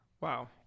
Wow